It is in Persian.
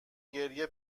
گریه